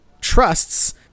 trusts